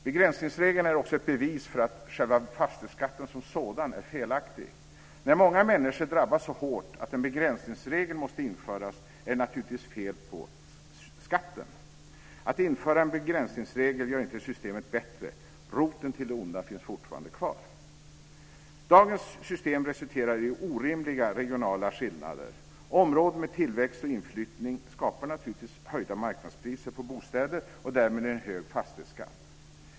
Begränsningsregeln är också ett bevis för att själva fastighetsskatten som sådan är felaktig. När många människor drabbas så hårt att en begränsningsregel måste införas är det naturligtvis fel på skatten. Att införa en begränsningsregel gör inte systemet bättre. Roten till det onda finns fortfarande kvar. Dagens system resulterar i orimliga regionala skillnader. Områden med tillväxt och inflyttning skapar naturligtvis höjda marknadspriser på bostäder och därmed en hög fastighetsskatt.